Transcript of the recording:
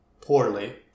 poorly